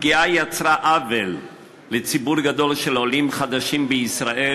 הפגיעה יצרה עוול לציבור גדול של עולים חדשים בישראל